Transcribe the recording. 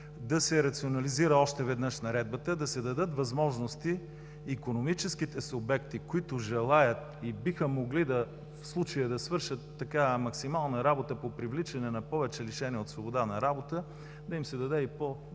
да се рационализира още веднъж Наредбата, да се дадат възможности икономическите субекти, които желаят и биха могли в случая да свършат такава максимална работа по привличане на повече лишени от свобода на работа, да им се даде и по-добър